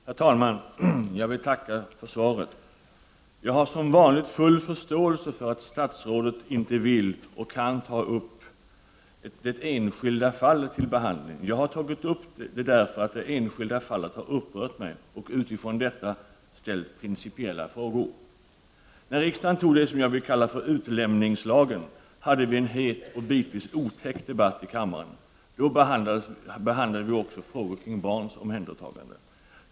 Herr talman! Jag vill tacka för svaret och har som vanligt full förståelse för att statsrådet inte vill och kan ta upp det enskilda fallet till behandling. Jag har tagit upp det enskilda fallet, därför att det har upprört mig och utifrån detta ställt principiella frågor. När riksdagen antog det som jag vill kalla utlämningslagen hade vi en het och bitvis otäck debatt i kammaren. Då behandlade vi också frågor kring barns omhändertagande.